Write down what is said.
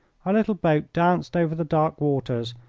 our little boat danced over the dark waters,